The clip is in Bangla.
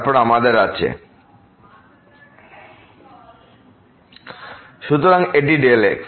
তারপর আমাদের আছে fyx0fxy fx0y x সুতরাং এটি x